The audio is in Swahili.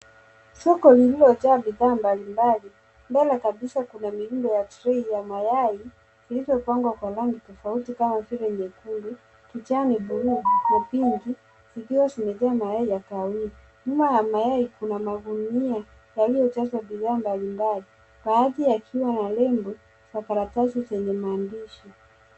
Soko lililojaa bidhaa mbali mbali, mbele kabisa kuna mirundo ya trei ya mayai, zilizopangwa kwa rangi tofauti kama vile nyekundu, kijani, blue , na pinki, zikiwa zimejaa mayai ya kahawia. Nyuma ya mayai kuna magunia, yaliyojazwa bidhaa mbali mbali, baadhi yakiwa na lebo za karatasi zenye maandishi.